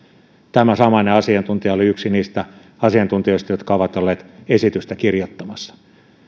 tämä samainen asiantuntija oli yksi niistä asiantuntijoista jotka ovat olleet esitystä kirjoittamassa